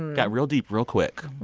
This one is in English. got real deep real quick.